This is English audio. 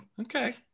Okay